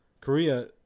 Korea